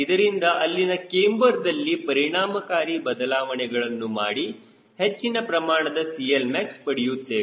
ಇದರಿಂದ ಅಲ್ಲಿನ ಕ್ಯಾಮ್ಬರ್ ದಲ್ಲಿ ಪರಿಣಾಮಕಾರಿ ಬದಲಾವಣೆಗಳನ್ನು ಮಾಡಿ ಹೆಚ್ಚಿನ ಪ್ರಮಾಣದ CLmax ಪಡೆಯುತ್ತೇವೆ